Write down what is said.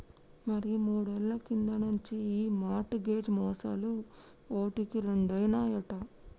మరి మూడేళ్ల కింది నుంచి ఈ మార్ట్ గేజ్ మోసాలు ఓటికి రెండైనాయట